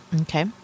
Okay